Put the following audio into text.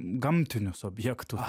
gamtinius objektu